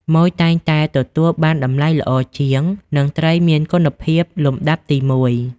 ម៉ូយ តែងតែទទួលបានតម្លៃល្អជាង និងត្រីមានគុណភាពលំដាប់ទីមួយ។